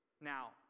now